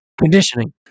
Conditioning